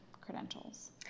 credentials